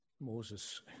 Moses